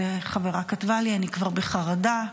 וחברה כתבה לי: אני כבר בחרדה,